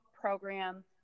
program